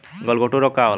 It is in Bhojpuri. गलघोंटु रोग का होला?